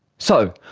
so,